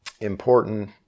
important